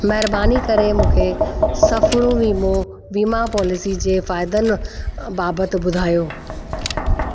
महिरबानी करे मूंखे सफ़रु वीमो वीमा पॉलिसीअ जे फ़ाइदनि बाबति ॿुधायो